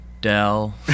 Dell